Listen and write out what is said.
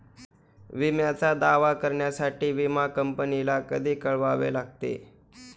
विम्याचा दावा करण्यासाठी विमा कंपनीला कधी कळवावे लागते?